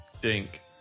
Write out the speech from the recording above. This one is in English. Dink